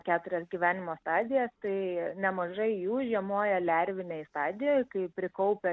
keturias gyvenimo stadijas tai nemažai jų žiemoja lervinėj stadijoj kai prikaupia